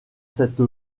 cette